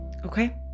Okay